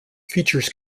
features